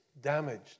damaged